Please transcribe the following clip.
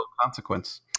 consequence